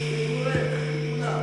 אין נסיבות.